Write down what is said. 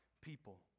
people